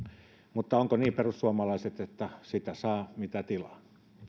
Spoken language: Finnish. mutta onko niin perussuomalaiset että sitä saa mitä tilaa